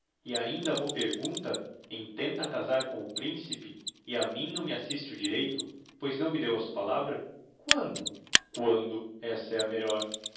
e ainda m'o pergunta intenta casar com o principe e a mim não me assiste o direito pois não me deu a sua palavra quando quando essa é melhor